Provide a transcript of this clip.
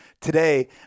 today